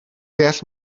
deall